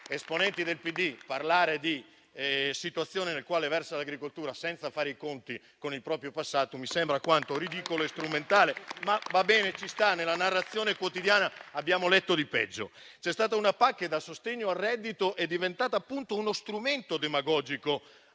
esponenti del PD parlare della situazione nella quale versa l'agricoltura senza fare i conti con il proprio passato mi sembra alquanto ridicolo e strumentale. Ma va bene, ci sta nella narrazione quotidiana. Abbiamo letto di peggio. C'è stata una PAC che da sostegno al reddito è diventata uno strumento demagogico